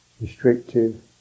restrictive